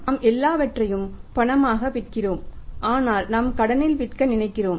நாம் எல்லாவற்றையும் பணமாக விற்கிறோம் ஆனால் நாம் கடனில் விற்க நினைக்கிறோம்